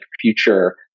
future